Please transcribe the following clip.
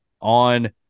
on